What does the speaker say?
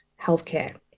healthcare